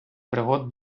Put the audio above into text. пригод